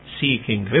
seeking